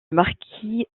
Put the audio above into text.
marquis